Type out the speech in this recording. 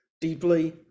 deeply